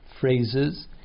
phrases